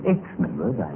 Ex-members